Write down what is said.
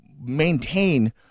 maintain